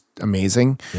amazing